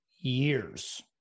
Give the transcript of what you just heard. Years